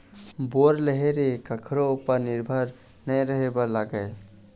bore रहें ले कखरो उपर निरभर नइ रहे बर लागय